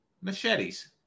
machetes